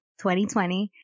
2020